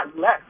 less